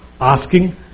asking